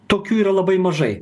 tokių yra labai mažai